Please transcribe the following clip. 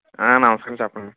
నమస్కారం చెప్పండి